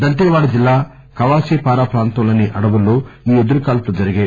దంతేవాడ జిల్లా కవాసిపారా ప్రాంతంలోని అడవుల్లో ఈ ఎదురు కాల్పులు జరిగాయి